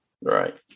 Right